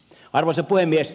arvoisa puhemies